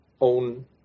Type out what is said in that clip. own